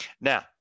Now